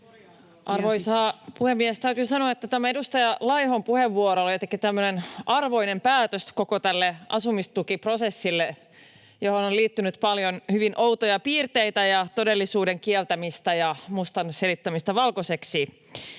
Arvoisa puhemies! Täytyy sanoa, että tämä edustaja Laihon puheenvuoro oli jotenkin tämmöinen arvoinen päätös koko tälle asumistukiprosessille, johon on liittynyt paljon hyvin outoja piirteitä ja todellisuuden kieltämistä ja mustan selittämistä valkoiseksi.